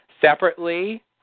separately